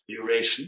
duration